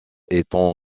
étant